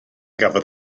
gafodd